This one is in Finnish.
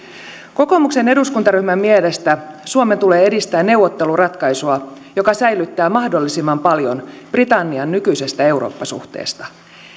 kokoomuksen eduskuntaryhmän mielestä suomen tulee edistää neuvotteluratkaisua joka säilyttää mahdollisimman paljon britannian nykyisestä eurooppa suhteesta